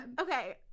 okay